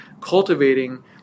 cultivating